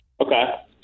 Okay